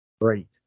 great